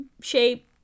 shape